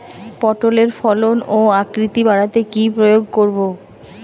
পটলের ফলন ও আকৃতি বাড়াতে কি প্রয়োগ করব?